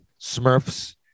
Smurfs